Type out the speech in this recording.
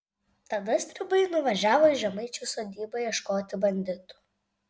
tada stribai nuvažiavo į žemaičių sodybą ieškoti banditų